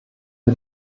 wir